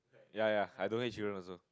ya ya I don't hate children also